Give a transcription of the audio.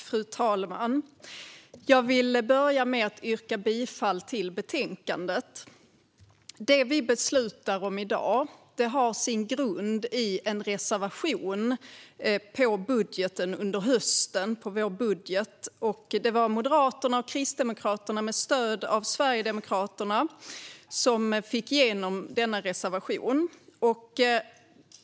Fru talman! Jag vill börja med att yrka bifall till utskottets förslag. Det vi beslutar om i dag har sin grund i en reservation om vår budget under hösten. Det var Moderaterna och Kristdemokraterna som med stöd av Sverigedemokraterna fick genom denna reservation.